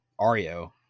Ario